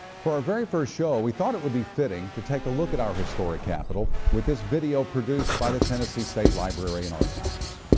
for our very first show, we thought it would be fitting to take a look at our historic capitol with this video produced by the tennessee state library and archives.